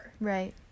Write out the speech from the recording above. right